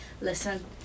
listen